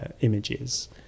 images